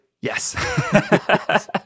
Yes